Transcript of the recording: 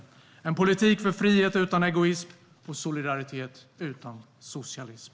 Det är en politik för frihet utan egoism och solidaritet utan socialism.